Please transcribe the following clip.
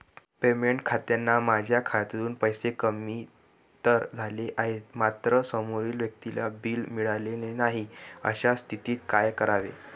Payment करताना माझ्या खात्यातून पैसे कमी तर झाले आहेत मात्र समोरील व्यक्तीला बिल मिळालेले नाही, अशा स्थितीत काय करावे?